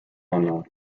unknown